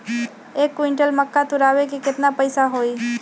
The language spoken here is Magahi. एक क्विंटल मक्का तुरावे के केतना पैसा होई?